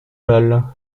bal